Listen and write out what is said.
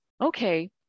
okay